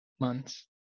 months